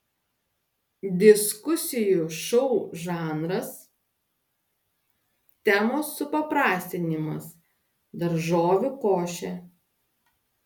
diskusijų šou žanras temos supaprastinimas daržovių košė